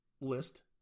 list